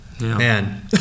man